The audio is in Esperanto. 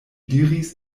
diris